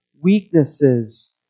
weaknesses